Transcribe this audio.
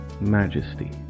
majesty